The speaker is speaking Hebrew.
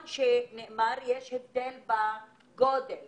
יש הבדל בגודל